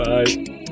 Bye